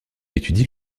étudie